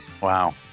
Wow